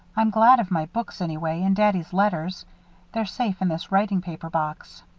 i'm glad of my books, anyway, and daddy's letters they're safe in this writing-paper box.